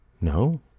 No